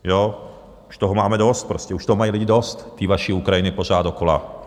Už toho máme dost prostě, už toho mají lidi dost, tý vaší Ukrajiny pořád dokola.